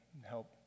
help